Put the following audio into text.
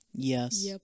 Yes